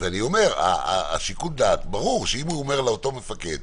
ואני אומר, ברור שאם הוא אומר לאותו מפקד: